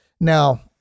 Now